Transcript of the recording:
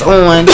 on